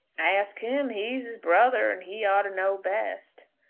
ask him he's his brother, and he ought to know best.